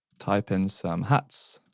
type in some hats.